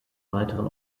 weiteren